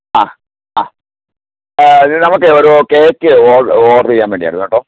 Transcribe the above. അ അ നമുക്കെ ഒരു കേക്ക് ഓർഡർ ചെയ്യാൻ വേണ്ടിയായിരുന്ന് കേട്ടോ